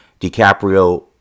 DiCaprio